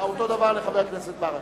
אותו דבר לחבר הכנסת ברכה.